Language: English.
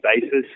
basis